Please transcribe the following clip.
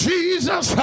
Jesus